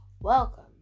Welcome